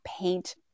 paint